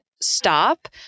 stop